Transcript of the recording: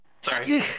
sorry